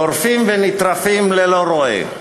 טורפים ונטרפים ללא רועה.